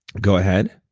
go ahead.